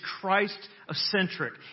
Christ-centric